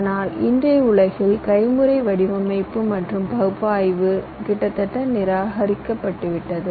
ஆனால் இன்றைய உலகில் கைமுறை வடிவமைப்பு மற்றும் பகுப்பாய்வு கிட்டத்தட்ட நிராகரிக்கப்பட்டது